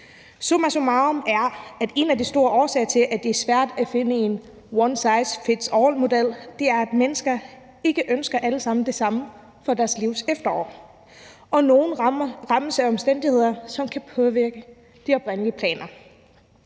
Summa summarum er, at en af de store årsager til, at det er svært at finde en one size fits all-model, er, at mennesker ikke alle sammen ønsker det samme i deres livs efterår, og nogle rammes af omstændigheder, som kan påvirke de oprindelige planer.